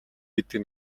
гэдэг